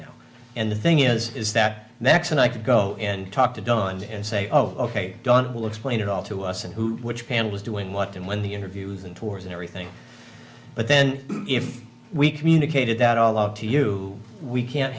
now and the thing is is that next and i could go and talk to don and say oh ok don will explain it all to us and who which band was doing what and when the interviews and tours and everything but then if we communicated that all out to you we can